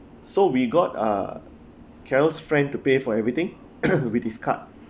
so we got a carol's friend to pay for everything with his card